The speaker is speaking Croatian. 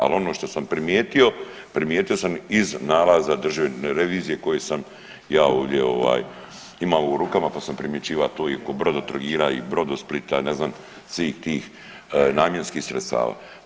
Ali ono što sam primijetio, primijetio sam iz nalaza Državne revizije koji sam ja ovdje imao u rukama pa sam primjećivao i to je kod Brodotrogira i Brodosplita, ne znam svih tih namjenskih sredstava.